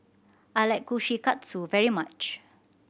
I like Kushikatsu very much